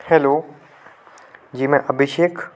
hello ji मैं अभिषेक